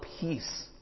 peace